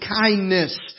kindness